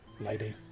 lady